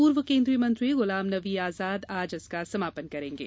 पूर्व केन्द्रीय मंत्री गुलामनबी आजाद आज इसका समापन करेगें